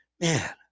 Man